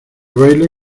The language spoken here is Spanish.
baile